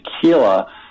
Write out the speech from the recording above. Tequila